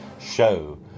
show